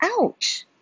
Ouch